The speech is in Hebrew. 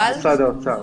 ממשרד האוצר.